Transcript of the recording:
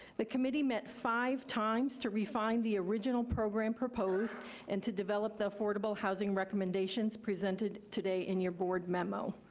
the committee met five times to refine the original program proposed and to develop the affordable housing recommendations presented today in your board memo.